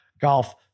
golf